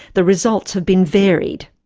the results have been varied.